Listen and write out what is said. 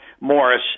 Morris